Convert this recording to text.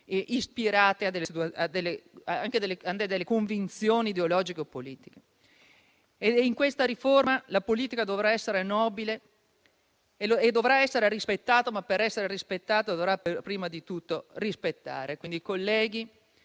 ispirate a delle convinzioni ideologiche e politiche. In questa riforma la politica dovrà essere nobile e dovrà essere rispettata, ma per esserlo, dovrà prima di tutto rispettare. Colleghi,